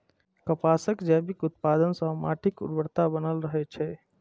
कपासक जैविक उत्पादन सं माटिक उर्वरता बनल रहै छै